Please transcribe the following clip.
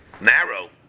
narrow